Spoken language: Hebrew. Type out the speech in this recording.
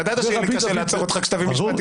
ידעת שיהיה לי קשה לעצור לך כשתביא משפטים --- ברור.